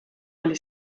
oli